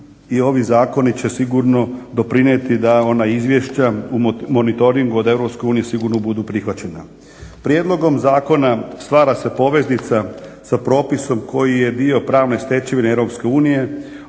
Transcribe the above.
I ovi zakoni će sigurno doprinijeti da ona izvješća u monitoringo od EU sigurno budu prihvaćena. Prijedlogom zakona stvara se poveznica za propisom koji je dio pravne stečevine EU,